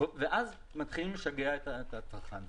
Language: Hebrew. ואז מתחילים לשגע את הצרכן.